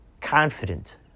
confident